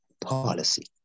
policy